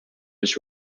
his